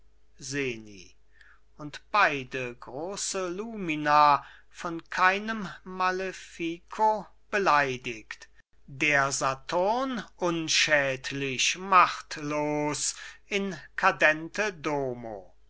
seni und beide große lumina von keinem malefico beleidigt der saturn unschädlich machtlos in cadente domo